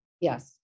Yes